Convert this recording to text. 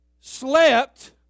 slept